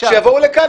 שיבואו לכאן,